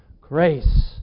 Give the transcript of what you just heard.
grace